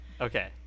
Okay